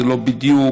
לא בדיוק,